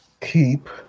keep